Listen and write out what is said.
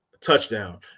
touchdown